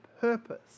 purpose